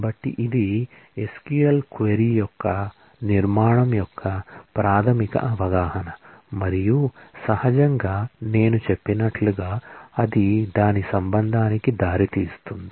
కాబట్టి ఇది SQL query యొక్క నిర్మాణం యొక్క ప్రాథమిక అవగాహన మరియు సహజంగా నేను చెప్పినట్లుగా అది దాని రిలేషన్ కి దారి తీస్తుంది